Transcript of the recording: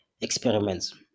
experiments